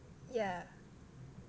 ya